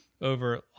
Over